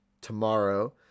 tomorrow